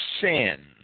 sin